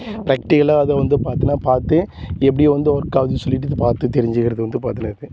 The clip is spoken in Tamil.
பிராக்டிகலாக அதை வந்து பார்த்தினா பார்த்து எப்படி வந்து ஒர்க் ஆகுதுனு சொல்லிவிட்டு இது பார்த்து தெரிஞ்சுக்கிறது வந்து பார்த்தினா இருக்குது